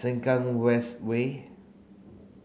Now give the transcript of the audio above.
Sengkang West Way